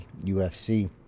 UFC